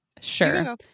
Sure